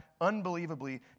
unbelievably